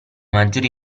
maggiore